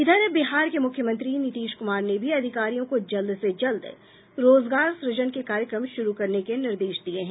इधर बिहार के मुख्यमंत्री नीतीश कुमार ने भी अधिकारियों को जल्द से जल्द रोजगार सुजन के कार्यक्रम शुरू करने के निर्देश दिये हैं